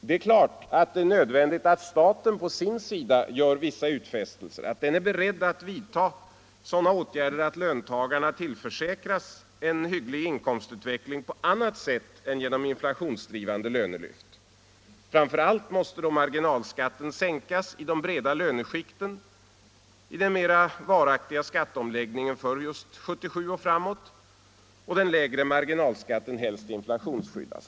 Naturligtvis är det nödvändigt att staten på sin sida gör vissa utfästelser, att den är beredd att vidta sådana åtgärder att löntagarna tillförsäkras en hygglig inkomstutveckling på annat sätt än genom inflationsdrivande lönelyft. Framför allt måste marginalskatten sänkas i de breda löneskikten i den mera varaktiga skatteomläggningen för 1977 och framåt, och den lägre marginalskatten skall helst inflationsskyddas.